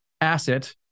asset